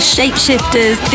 Shapeshifters